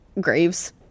graves